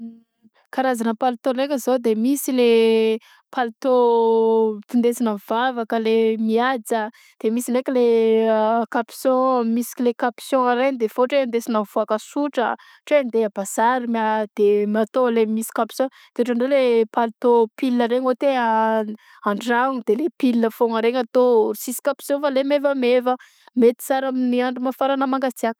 Karazana palitô ndraika zao de misy le palitô findesina mivavaka le mihaja de misy ndraiky le kapison misy anle kapison a regny de efa ôtran hoe ndesinao mivaoka sotra ôtran hoe andeha à bazary ma de atao agnle misy kapisô de ôhatra ndray le palitô pull regny ôhatra hoe atragno de pull foagna regny atao tsisy kapison fa le mevamevagna mety sara amin'ny andro mafagna na mangasiaka.